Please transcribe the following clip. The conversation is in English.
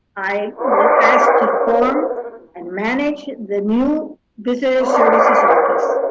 i was asked to form and manager the new visitor services office.